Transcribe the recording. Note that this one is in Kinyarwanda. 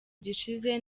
gishize